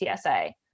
TSA